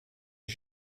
est